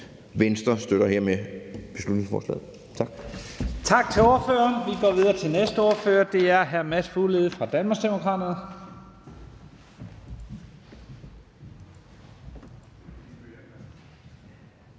Venstre støtter hermed beslutningsforslaget. Tak.